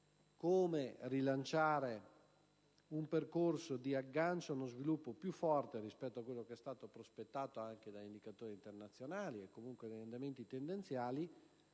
come lanciare un percorso di aggancio allo sviluppo più forte rispetto a quello prospettato anche dagli indicatori internazionali e dagli orientamenti tendenziali;